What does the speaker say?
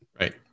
Right